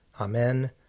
Amen